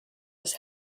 was